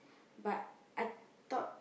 but I thought